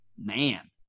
Man